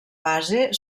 base